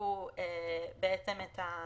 בעקבות המחיקה של המכסה אין צורך בתקנות (א)